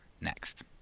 next